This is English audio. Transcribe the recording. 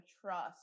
trust